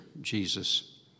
Jesus